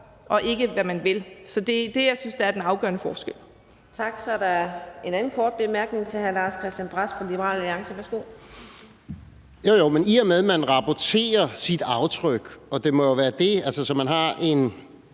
og ikke, hvad man vil. Så det er det, jeg synes er den afgørende forskel.